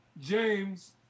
James